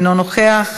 אינו נוכח,